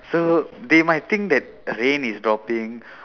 so they might think that rain is dropping